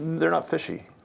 they're not fishy.